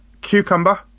Cucumber